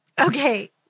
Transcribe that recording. okay